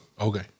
Okay